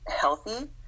Healthy